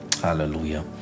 Hallelujah